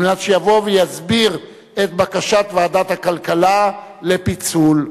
על מנת שיבוא ויסביר את בקשת ועדת הכלכלה לפיצול.